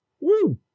Woo